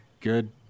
good